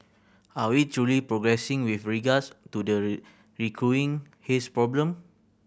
are we truly progressing with regards to the recurring haze problem